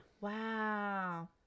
Wow